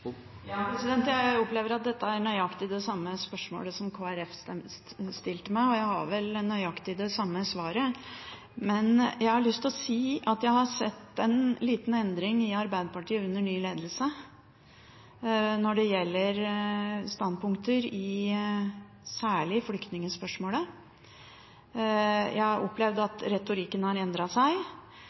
Jeg opplever at dette er nøyaktig det samme spørsmålet som Kristelig Folkeparti stilte meg, og jeg har vel nøyaktig det samme svaret. Men jeg har lyst til å si at jeg har sett en liten endring i Arbeiderpartiet under ny ledelse når det gjelder standpunkter i særlig flyktningspørsmålet. Jeg har opplevd at retorikken har endret seg.